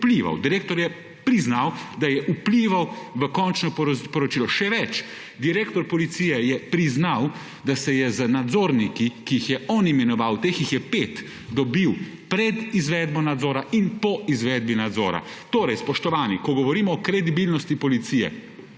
vplival. Direktor je priznal, da je vplival v končno poročilo. Še več, direktor policije je priznal, da se je z nadzorniki, ki jih je on imenoval, teh jih je 5, dobil pred izvedbo nadzora in po izvedbi nadzora. Torej, spoštovani, ko govorimo o kredibilnosti policije,